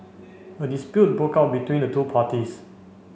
a dispute broke out between the two parties